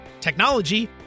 technology